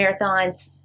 marathons